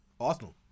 Arsenal